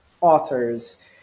authors